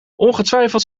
ongetwijfeld